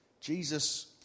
Jesus